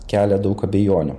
kelia daug abejonių